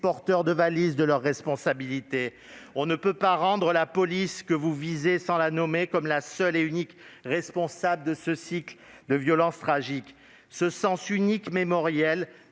porteurs de valises de leurs responsabilités. On ne peut pas rendre la police, que vous visez sans la nommer, comme la seule et unique responsable de ce cycle de violence tragique. Ce sens unique mémoriel